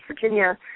Virginia